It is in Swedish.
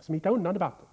smita undan debatten.